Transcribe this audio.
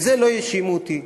בזה לא האשימו אותי.